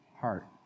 heart